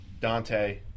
Dante